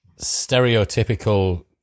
stereotypical